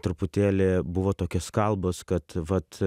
truputėlį buvo tokios kalbos kad vat